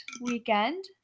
weekend